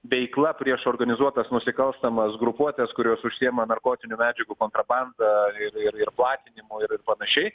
veikla prieš organizuotas nusikalstamas grupuotes kurios užsiima narkotinių medžiagų kontrabanda ir ir ir platinimu ir panašiai